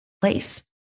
place